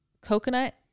coconut